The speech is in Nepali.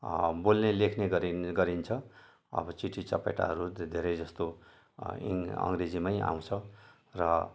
बोल्ने लेख्ने गरिने गरिन्छ अब चिठी चपेटाहरू धेरे धेरै जस्तो इङ् अङ्ग्रेजीमा आउँछ र